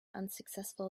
unsuccessful